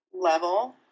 level